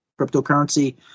cryptocurrency